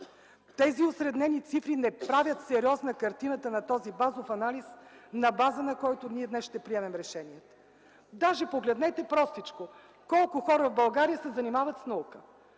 с осреднени цифри. Те не правят сериозна картината на базовия анализ, на базата на който ние днес ще приемем решение. Даже погледнете простичко! Колко хора в България се занимават с наука?